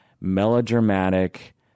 melodramatic